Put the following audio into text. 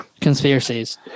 conspiracies